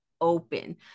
open